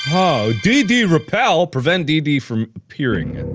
hauh? dd repel? prevent dd from appearing